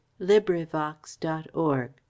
LibriVox.org